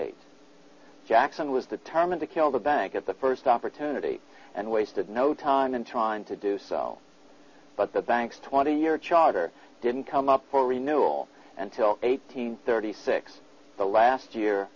eight jackson was determined to kill the bank at the first opportunity and wasted no time in trying to do so but the banks twenty year charter didn't come up for renewal until eighteen thirty six the last year